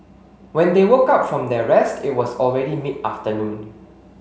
when they woke up from their rest it was already mid afternoon